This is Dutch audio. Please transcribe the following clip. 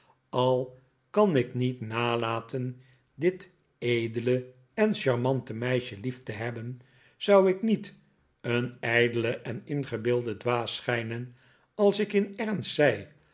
al kan ik niet nalaten dit edele en charmante meisje lief te hebben zou ik niet een ijdele en ingebeelde dwaas schijnen als ik in ernst zei